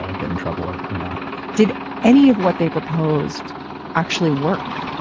ah get in trouble or or not did any of what they proposed actually work?